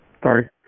Sorry